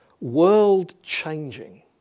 world-changing